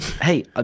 hey